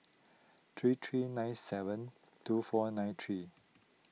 three three nine seven two four nine three